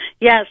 Yes